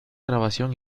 grabación